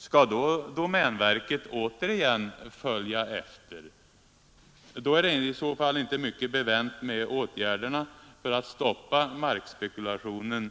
Skall då domänverket återigen följa efter? I så fall är det inte mycket bevänt med åtgärderna för att stoppa markspekulationen.